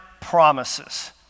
promises